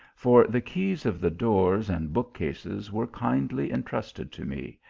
for the keys of the doors and bookcases were kindly en trusted to me,